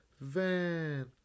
Van